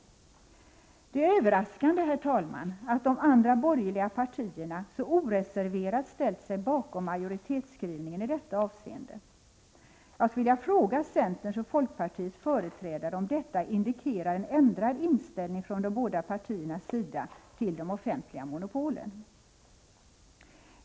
Det är överraskande, herr talman, att de andra borgerliga partierna så oreserverat ställt sig bakom majoritetsskrivningen i detta avseende. Jag skulle vilja fråga centerns och folkpartiets företrädare om detta indikerar en ändrad inställning från de båda partiernas sida till de offentliga monopolen.